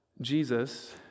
Jesus